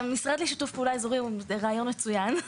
המשרד לשיתוף פעולה אזורי הוא רעיון מצוין...